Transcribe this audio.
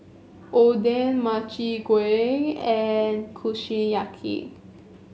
Oden Makchang Gui and Kushiyaki